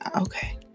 Okay